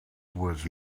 was